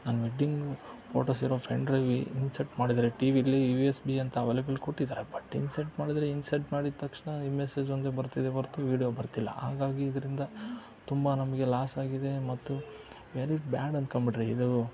ನನ್ನ wedding photos ಇರೋ pen drive insert ಮಾಡಿದರೆ ಟಿ ವಿಯಲ್ಲಿ ಯು ಎಸ್ ಬಿ ಅಂತ ಅವೇಲೆಬಲ್ ಕೊಟ್ಟಿದ್ದಾರೆ ಬಟ್ ಇನ್ಸಟ್ ಮಾಡಿದರೆ ಇನ್ಸಟ್ ಮಾಡಿದ ತಕ್ಷಣ ಮೆಸೇಜೊಂದೇ ಬರ್ತಿದೆ ಹೊರ್ತು ವೀಡ್ಯೋ ಬರ್ತಿಲ್ಲ ಹಾಗಾಗಿ ಇದರಿಂದ ತುಂಬ ನಮಗೆ ಲಾಸ್ ಆಗಿದೆ ಮತ್ತು ವೆರಿ ಬ್ಯಾಡ್ ಅಂದ್ಕೊಂಬಿಡ್ರಿ ಇದು